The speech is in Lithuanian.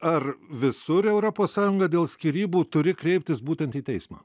ar visur europos sąjungoj dėl skyrybų turi kreiptis būtent į teismą